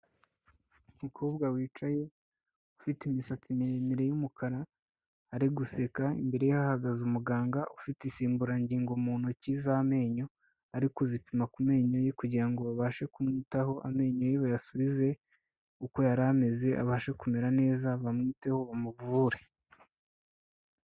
Umukobwa wicaye ufite imisatsi miremire y'umukara, ari guseka imbere ye hahagaze umuganga ufite insimburangingo mu ntoki z'amenyo, ari kuzipima ku menyo ye kugira ngo babashe kumwitaho amenyo ye bayasubize uko yari ameze abashe kumera neza bamwiteho bamuvure.